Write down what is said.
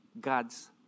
God's